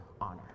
honor